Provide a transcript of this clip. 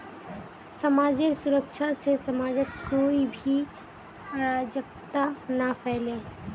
समाजेर सुरक्षा से समाजत कोई भी अराजकता ना फैले